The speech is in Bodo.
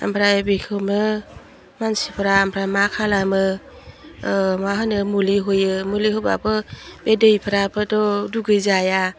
आमफ्राय बेखौनो मानसिफ्रा आमफ्राय मा खालामो मा होनो मुलि होयो मुलि होबाबो बे दैफ्राबोथ' दुगै जाया